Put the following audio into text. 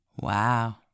Wow